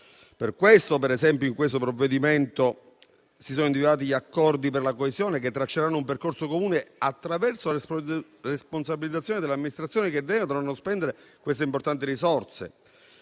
nuovi. Per esempio, in questo provvedimento si sono individuati gli Accordi per la coesione, che tracceranno un percorso comune attraverso la responsabilizzazione delle amministrazioni, che tendono a non spendere queste importanti risorse.